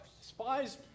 Spies